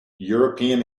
european